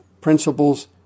Principles